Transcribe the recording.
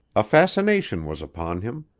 a fascination was upon him.